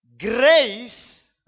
grace